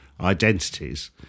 identities